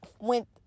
went